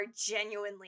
genuinely